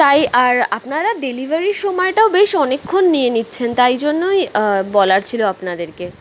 তাই আর আপনারা ডেলিভারির সময়টাও বেশ অনেকক্ষণ নিয়ে নিচ্ছেন তাই জন্যই বলার ছিল আপনাদেরকে